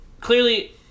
clearly